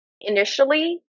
initially